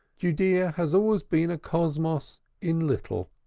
judaea has always been a cosmos in little,